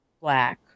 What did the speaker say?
black